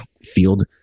field